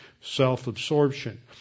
self-absorption